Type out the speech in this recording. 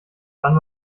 wann